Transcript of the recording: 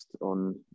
on